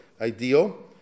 ideal